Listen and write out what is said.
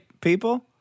people